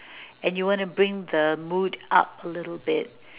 and you want to bring the mood up a little bit